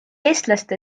eestlaste